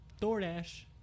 DoorDash